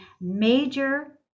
major